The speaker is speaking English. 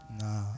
Nah